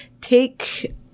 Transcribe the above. take